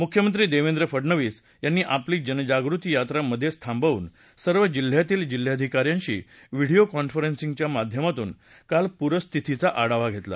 मुख्यमंत्री देवेंद्र फडनवीस यांनी आपली जनजागृती यात्रा मधेच थांबवून सर्व जिल्ह्यातील जिल्हाधिकाऱ्यांशी व्हिडीओ कॉन्फरन्सिंगच्या माध्यमातून काल प्रस्थितीचा आढावा घेतला